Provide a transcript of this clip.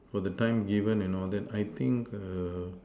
for the time given and all that I think err